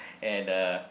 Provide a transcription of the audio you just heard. and uh